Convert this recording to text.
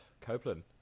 copeland